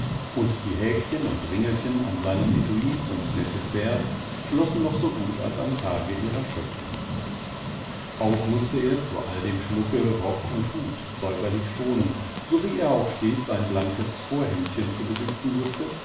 und die häkchen und ringelchen an seinen etuis und necessaires schlossen noch so gut als am tage ihrer schöpfung auch mußte er zu all dem schmucke rock und hut säuberlich schonen sowie er auch stets ein blankes vorhemdchen zu besitzen wußte